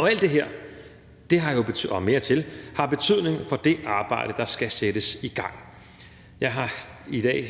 Alt det her og mere til har betydning for det arbejde, der skal sættes i gang. Jeg har i dag,